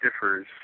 differs